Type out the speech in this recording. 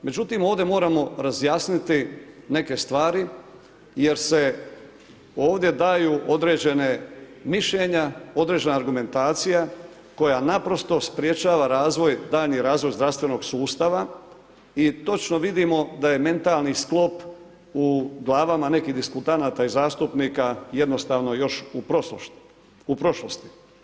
Međutim ovdje moramo razjasniti neke stvari jer se ovdje daju određena mišljenja, određena argumentacija koja naprosto sprječava daljnji razvoj zdravstvenog sustava i točno vidimo da je mentalni sklop u glavama nekih diskutanata i zastupnika jednostavno još u prošlosti.